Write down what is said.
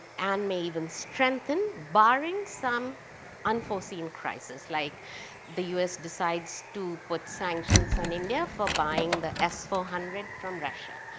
and may even strengthen, barring some unforeseen crisis, like the us decides to put sanctions on india for buying the s four hundred from russia.